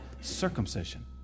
circumcision